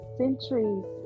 centuries